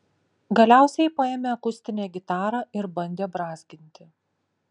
galiausiai paėmė akustinę gitarą ir bandė brązginti